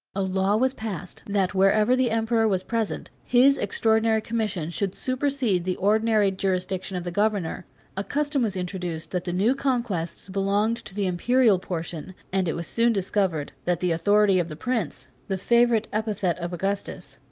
a law was passed, that wherever the emperor was present, his extraordinary commission should supersede the ordinary jurisdiction of the governor a custom was introduced, that the new conquests belonged to the imperial portion and it was soon discovered that the authority of the prince, the favorite epithet of augustus,